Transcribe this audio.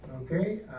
okay